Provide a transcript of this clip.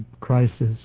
crisis